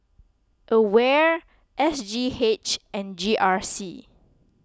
Aware S G H and G R C